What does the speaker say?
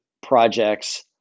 projects